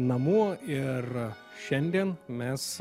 namų ir šiandien mes